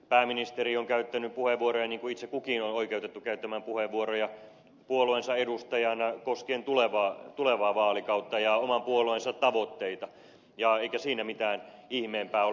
pääministeri on käyttänyt puheenvuoroja niin kuin itse kukin on oikeutettu käyttämään puheenvuoroja puolueensa edustajana koskien tulevaa vaalikautta ja oman puolueensa tavoitteita eikä siinä mitään ihmeempää ole